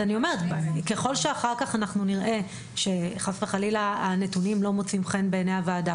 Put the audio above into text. ככל שאחר כך אנחנו נראה שחס וחלילה הנתונים לא מוצאים חן בעיני הוועדה,